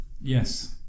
yes